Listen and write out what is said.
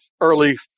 early